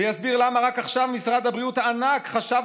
ויסביר למה רק עכשיו משרד הבריאות הענק חשב